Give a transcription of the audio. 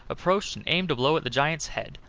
approached and aimed a blow at the giant's head,